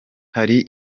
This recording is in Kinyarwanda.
hari